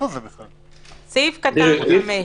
בסעיף קטן (5).